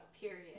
Period